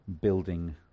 building